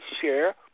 share